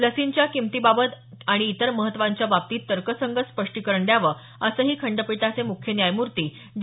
लसींच्या किमतीबाबत आणि इतर महत्त्वांच्या बाबतीत तर्कसंगत स्पष्टीकरण द्यावं असंही खंडपीठाचे मुख्य न्यायमूर्ती डी